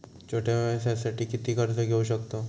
छोट्या व्यवसायासाठी किती कर्ज घेऊ शकतव?